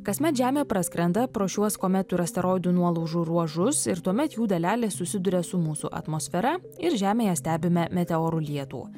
kasmet žemė praskrenda pro šiuos kometų ir asteroidų nuolaužų ruožus ir tuomet jų dalelės susiduria su mūsų atmosfera ir žemėje stebime meteorų lietų